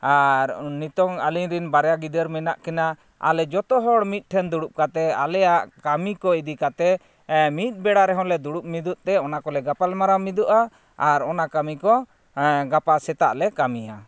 ᱟᱨ ᱱᱤᱛᱚᱝ ᱟᱹᱞᱤᱧ ᱨᱤᱱ ᱵᱟᱨᱭᱟ ᱜᱤᱫᱟᱹᱨ ᱢᱮᱱᱟᱜ ᱠᱤᱱᱟ ᱟᱞᱮ ᱡᱚᱛᱚ ᱦᱚᱲ ᱢᱤᱫ ᱴᱷᱮᱱ ᱫᱩᱲᱩᱵ ᱠᱟᱛᱮ ᱟᱞᱮᱭᱟᱜ ᱠᱟᱹᱢᱤ ᱠᱚ ᱤᱫᱤ ᱠᱟᱛᱮ ᱢᱤᱫ ᱵᱮᱲᱟ ᱨᱮᱦᱚᱸ ᱞᱮ ᱫᱩᱲᱩᱵ ᱢᱤᱫᱚᱜ ᱛᱮ ᱚᱱᱟᱠᱚᱞᱮ ᱜᱟᱯᱟᱞᱢᱟᱨᱟᱣ ᱢᱤᱫᱚᱜᱼᱟ ᱟᱨ ᱚᱱᱟ ᱠᱟᱹᱢᱤ ᱠᱚ ᱜᱟᱯᱟ ᱥᱮᱛᱟᱜ ᱞᱮ ᱠᱟᱹᱢᱤᱭᱟ